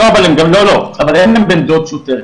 אבל אין להם בן דוד שוטר,